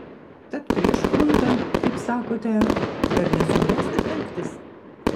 tad prieš chuntą kaip sakote dar nesubręsta telktis